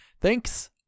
Thanks